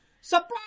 surprise